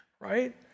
Right